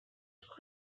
auch